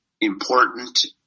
important